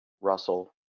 Russell